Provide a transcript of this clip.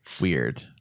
weird